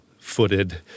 footed